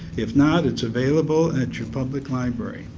if not, it's available at your public library.